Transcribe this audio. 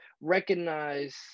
recognize